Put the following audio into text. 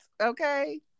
Okay